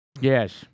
Yes